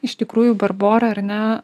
iš tikrųjų barbora ar ne